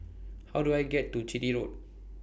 How Do I get to Chitty Road